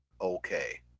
okay